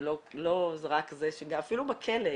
לא רק זה ש- -- אפילו בכלא,